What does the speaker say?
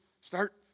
start